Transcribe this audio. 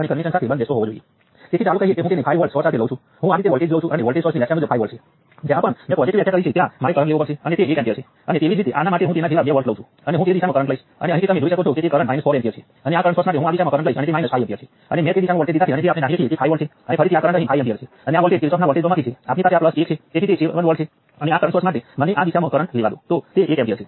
અને આ નોડ 3 માટે છે તેથી અગાઉ ફરીથી આપણી પાસે G23 વત્તા G33 હતો